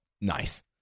nice